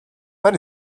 but